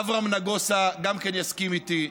אברהם נגוסה גם יסכים איתי,